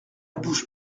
bouche